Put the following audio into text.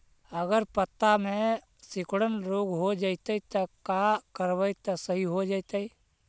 अगर पत्ता में सिकुड़न रोग हो जैतै त का करबै त सहि हो जैतै?